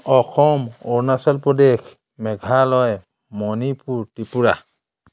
Assam Arunachal Pradesh Meghalaya Manipur Tripura